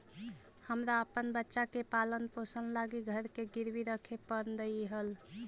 हमरा अपन बच्चा के पालन पोषण लागी घर के गिरवी रखे पड़लई हल